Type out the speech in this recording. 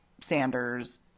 Sanders